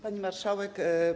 Pani Marszałek!